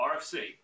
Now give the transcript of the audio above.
RFC